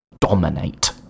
dominate